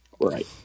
Right